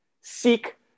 seek